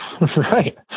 Right